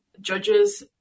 judge's